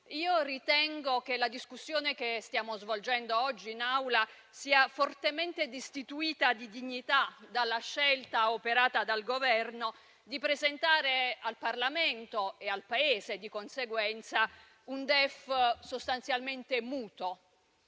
io ritengo che la discussione che stiamo svolgendo oggi in Aula sia fortemente destituita di dignità dalla scelta operata dal Governo di presentare al Parlamento - e al Paese, di conseguenza - un DEF sostanzialmente